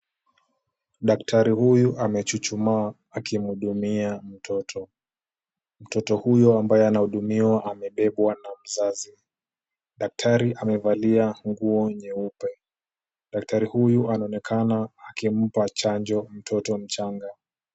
Daktari huyu amechuchumaa akimhudumia mtoto. Mtoto huyo ambaye anahudumiwa amebebwa na mzazi. Daktari amevalia nguo nyeupe. Daktari huyu anaonekana akimpa chanjo mtoto mchanga.